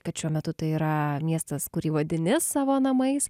kad šiuo metu tai yra miestas kurį vadini savo namais